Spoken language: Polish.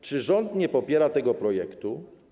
Czy rząd nie popiera tego projektu?